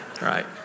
right